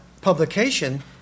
publication